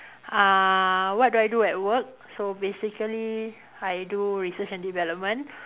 uh what do I do at work so basically I do research and development